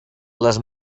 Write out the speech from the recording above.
les